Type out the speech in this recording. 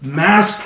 mass